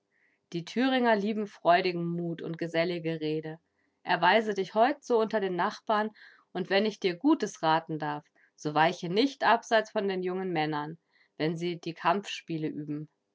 die thüringe lieben freudigen mut und gesellige rede erweise dich heut so unter den nachbarn und wenn ich dir gutes raten darf so weiche nicht abseit von den jungen männern wenn sie die kampfspiele üben